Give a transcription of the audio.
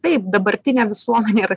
taip dabartinė visuomenė yra